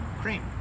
cream